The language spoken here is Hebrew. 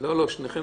בנושא של השיקום